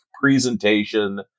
presentation